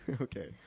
Okay